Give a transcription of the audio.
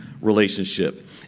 relationship